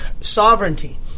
sovereignty